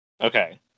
Okay